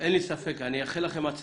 אין לי ספק שתצליחו.